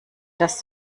das